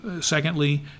Secondly